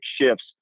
shifts